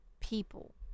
people